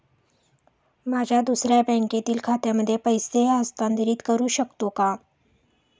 माझ्या दुसऱ्या बँकेतील खात्यामध्ये पैसे हस्तांतरित करू शकतो का?